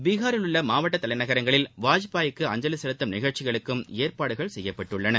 பீகார் மாவட்ட தலைநகரங்களில் வாஜ்பாய்க்கு அஞ்சலி செலுத்தும நிகழ்ச்சிகளுக்கு ஏற்பாடுகள் செய்யப்பட்டள்ளன